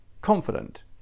confident